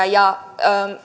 ja